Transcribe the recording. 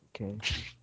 Okay